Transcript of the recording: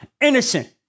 innocent